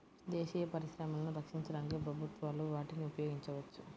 దేశీయ పరిశ్రమలను రక్షించడానికి ప్రభుత్వాలు వాటిని ఉపయోగించవచ్చు